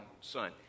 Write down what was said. Son